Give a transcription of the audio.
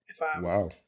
Wow